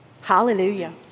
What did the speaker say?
Hallelujah